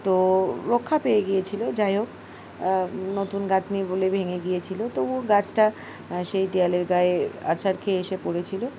তো রক্ষা পেয়ে গিয়েছিলো যাই হোক নতুন গাত নিয়ে বলে ভেঙে গিয়েছিলো তো ও গাছটা সেই দেওয়ালের গায়ে আছার খেয়ে এসে পড়েছিলো